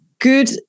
good